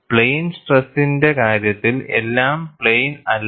plain സ്ട്രെസ്സിന്റെ കാര്യത്തിൽ എല്ലാം പ്ലെയിൻ അല്ല